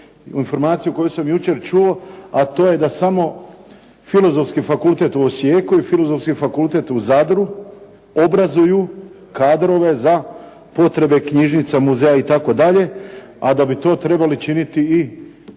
Informaciju koju sam jučer čuo a to je da samo Filozofski fakultet u Osijeku i Filozofski fakultet u Zadru obrazuju kadrove za potrebe knjižnica, muzeja itd. a da bi to trebali činiti i